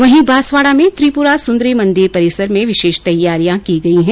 वहीं बांसवाडा में त्रिपुरा सुंदरी मंदिर परिसर में विशेष तैयारियां की गई है